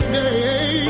day